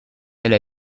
elle